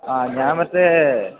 ആ ഞാന് മറ്റേ